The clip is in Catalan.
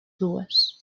dues